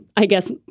i guess,